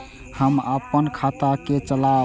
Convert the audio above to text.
हम अपन खाता के चलाब?